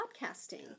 podcasting